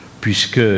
puisque